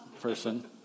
person